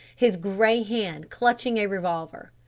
his grey hand clutching a revolver.